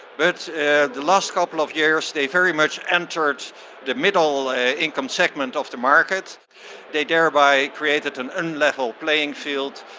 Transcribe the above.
but the last couple of years they very much entered the middle ah income segment of the market, and they thereby created an unlevel playing field,